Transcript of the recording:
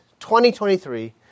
2023